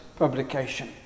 publication